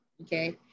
okay